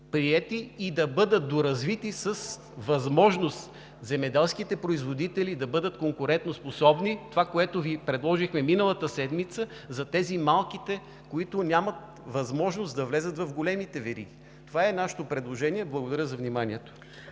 и да бъдат доразвити с възможност земеделските производители да бъдат конкурентоспособни – това, което Ви предложихме миналата седмица за малките, които нямат възможност да влязат в големите вериги. Това е нашето предложение. Благодаря за вниманието.